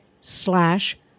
slash